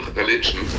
religion